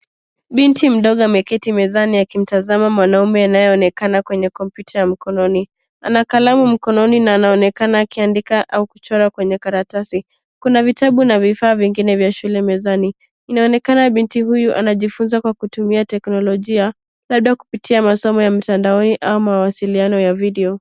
Binti mdogo ameketi mezani akimtazama mwanaume anayeonekana kwenye kompyuta ya mkononi. Ana kalamu mkononi na anaonekana akiandika au kuchora kwenye karatasi. Kuna vitabu na vifaa vingine vya shule mezani. Inaonekana binti huyu anajifunza kwa kutumia teknolojia, labda kupitia masomo ya mtandaoni au mawasiliano ya video.